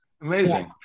Amazing